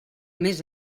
més